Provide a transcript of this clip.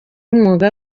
umwuga